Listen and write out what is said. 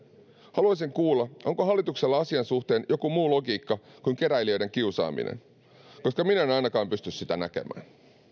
haluaisin kuulla onko hallituksella asian suhteen joku muu logiikka kuin keräilijöiden kiusaaminen koska minä en ainakaan pysty sitä näkemään